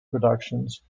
productions